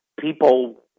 people